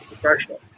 professional